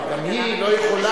אבל, גם היא לא יכולה,